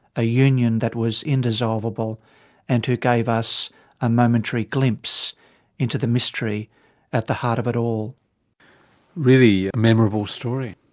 a union that was indissolvable and who gave us a momentary glimpse into the mystery at the heart of it all. a really memorable story.